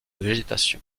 végétation